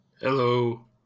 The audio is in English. hello